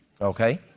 okay